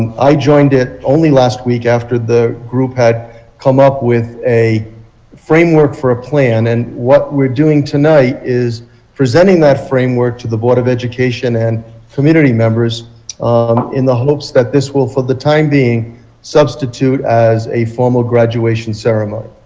and i joined it last week only after the group had come up with a framework for a plan. and what we are doing tonight is presenting that framework to the board of education and community members um in the hopes that this will for the time being substitute as a form of graduation ceremony.